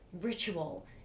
ritual